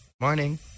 Morning